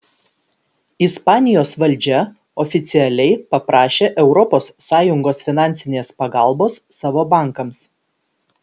ispanijos valdžia oficialiai paprašė europos sąjungos finansinės pagalbos savo bankams